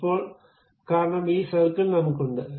ഇപ്പോൾ കാരണം ഈ സർക്കിൾ നമുക്ക് ഉണ്ട്